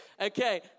Okay